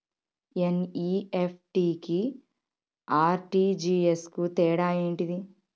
NEFT కి RTGS కు తేడా ఏంటిది?